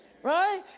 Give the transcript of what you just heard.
Right